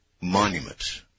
monument